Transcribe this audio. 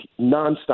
nonstop